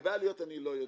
לגבי עלויות אני לא יודע.